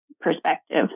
perspective